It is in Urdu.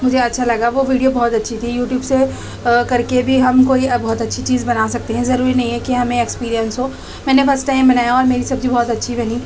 مجھے اچھا لگا وہ ویڈیو بہت اچھی تھی یوٹیوب سے کر کے بھی ہم کوئی اب بہت اچھی چیز بنا سکتے ہیں ضروری نہیں ہے کہ ہمیں اکسپیرینس ہو میں نے فسٹ ٹائم بنایا اور میری سبزی بہت اچھی بنی